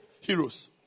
heroes